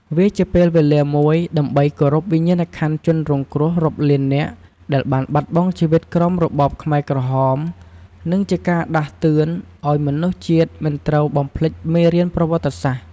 វាជាពេលវេលាមួយ ដើម្បីគោរពវិញ្ញាណក្ខន្ធជនរងគ្រោះរាប់លាននាក់ដែលបានបាត់បង់ជីវិតក្រោមរបបខ្មែរក្រហម និងជាការដាស់តឿនឲ្យមនុស្សជាតិមិនត្រូវបំភ្លេចមេរៀនប្រវត្តិសាស្ត្រ។